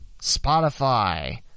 spotify